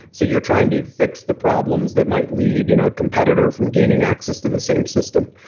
so you are trying to fix the problems that might lead you know a competitor from gaining access to the same system.